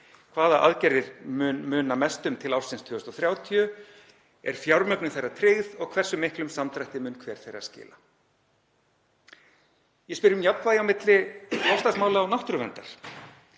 Hvaða aðgerðir mun muna mest um til ársins 2030? Er fjármögnun þeirra tryggð og hversu miklum samdrætti mun hver þeirra skila? Ég spyr um jafnvægi á milli loftslagsmála og náttúruverndar.